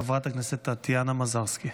חברת הכנסת טטיאנה מזרסקי.